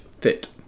fit